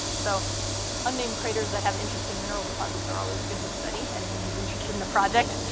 so unnamed craters that have interesting mineral deposits are always good to study, anyone who's interested in a project.